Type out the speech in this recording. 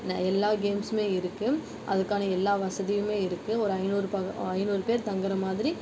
எல்லா கேம்ஸ்ஸுமே இருக்குது அதுக்கான எல்லா வசதியுமே இருக்குது ஒரு ஐந்நூறு ப ஐந்நூறு பேர் தங்கிற மாதிரி